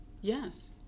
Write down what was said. Yes